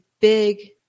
big